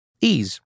Ease